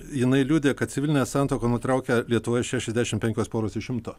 jinai liudija kad civilinę santuoką nutraukia lietuvoje šešiasdešimt penkios poros iš šimto